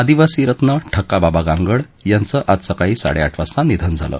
आदिवासी रत्न ठका बाबा गांगड यांचं आज सकाळी साडे आठ वाजता दुःखद निधन झालं